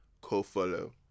co-follow